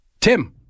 Tim